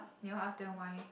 never ask them why